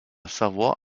savoie